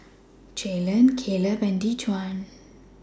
Jalen Kaleb and Dejuan